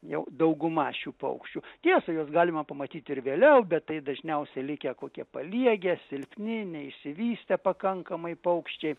jau dauguma šių paukščių tiesa juos galima pamatyt ir vėliau bet tai dažniausiai likę kokie paliegę silpni neišsivystę pakankamai paukščiai